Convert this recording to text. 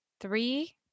three